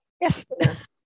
yes